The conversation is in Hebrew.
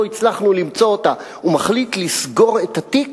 הצלחנו למצוא אותה" ומחליט לסגור את התיק,